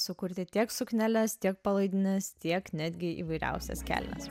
sukurti tiek sukneles tiek palaidines tiek netgi įvairiausias kelnes